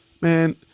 man